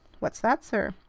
what's that, sir?